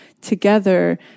together